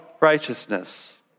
righteousness